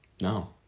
No